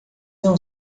não